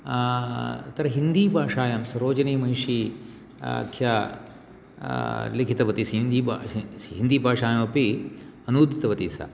अत्र हिन्दीभाषायां सरोजिनी महिषी आख्या लिखितवती हिन्दीभाषायामपि अनूदितवती सा